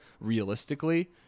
realistically